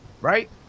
right